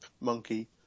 monkey